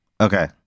Okay